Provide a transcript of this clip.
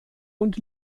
und